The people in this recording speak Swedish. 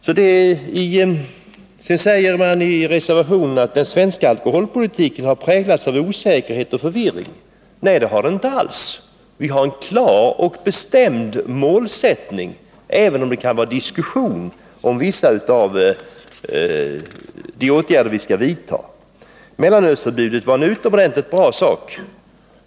Man säger i reservationen: ”Den svenska alkoholpolitiken präglas av osäkerhet och förvirring.” Det gör den inte alls. Vi har en klar och bestämd målsättning, även om det kan vara diskussion om vissa av de åtgärder som vi skall vidta. Mellanölsförbudet var utomordentligt bra.